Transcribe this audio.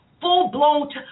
full-blown